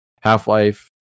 half-life